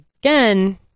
again